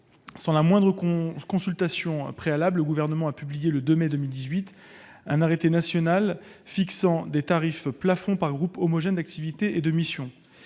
Sans la moindre consultation préalable, le Gouvernement a publié le 2 mai 2018 un arrêté national fixant des tarifs plafonds par groupe homogène d'activité et de mission.